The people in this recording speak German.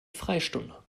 freistunde